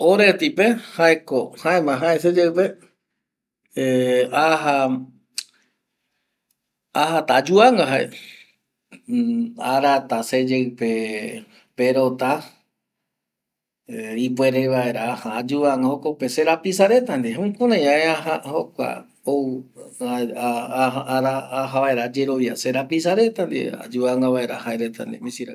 Oreti pe jaema se seyeipe ajata ayuvanga, arata seyeipe pelota ayuvanga vaera se rapisa reta ndie, ayerovia vaera jaereta ndie ayerovia vaera misirai.